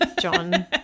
John